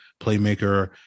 playmaker